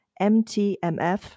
MTMF